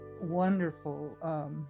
wonderful